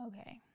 Okay